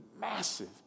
massive